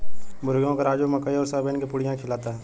मुर्गियों को राजू मकई और सोयाबीन की पुड़िया खिलाता है